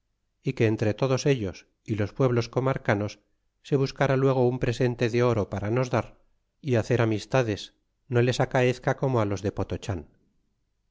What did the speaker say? é que entre todos ellos y lospueblos comarcanos se buscara luego un presente de oro para nos dar y hacer amistades no les acaezca como los